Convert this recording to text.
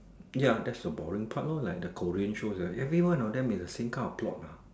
ya that's the boring part lor like the Korean shows every one of them is like the same kind of plot